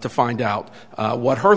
to find out what her